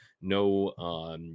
no